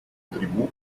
tribù